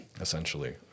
Essentially